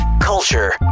culture